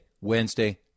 Wednesday